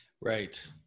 Right